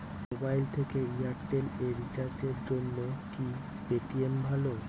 Mobile থেকে Airtel এ রিচার্জের জন্য কি পেটিএম ভালো?